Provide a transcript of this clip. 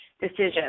decision